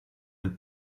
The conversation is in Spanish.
del